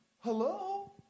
hello